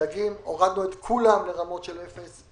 דגים הורדנו את כולם לרמות של אפס.